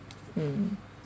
mm